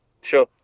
sure